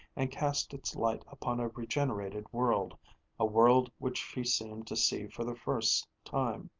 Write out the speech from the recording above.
and cast its light upon a regenerated world a world which she seemed to see for the first time.